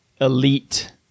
elite